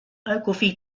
ogilvy